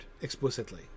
explicitly